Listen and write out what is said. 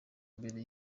imbere